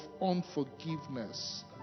unforgiveness